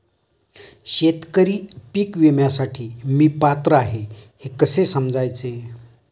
शेतकरी पीक विम्यासाठी मी पात्र आहे हे कसे समजायचे?